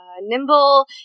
nimble